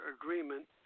agreement